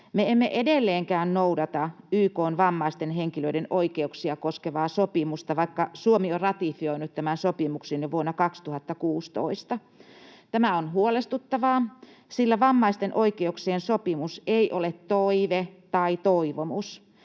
emme edelleenkään noudata YK:n vammaisten henkilöiden oikeuksia koskevaa sopimusta, vaikka Suomi on ratifioinut tämän sopimuksen jo vuonna 2016. Tämä on huolestuttavaa, sillä vammaisten oikeuksien sopimus ei ole toive tai toivomus.